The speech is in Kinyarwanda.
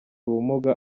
ubumuga